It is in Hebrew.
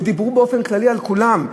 ודיברו באופן כללי על כולם.